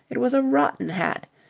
it was a rotten hat.